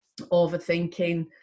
overthinking